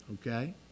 Okay